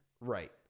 right